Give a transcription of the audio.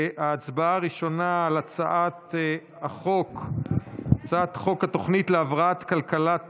ההצבעה הראשונה, על הצעת חוק התוכנית להבראת כלכלת